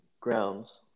grounds